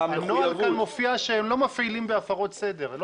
בנוהל כאן מופיע שהם לא מפעילים בהפרות סדר.